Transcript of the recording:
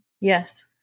Yes